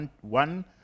one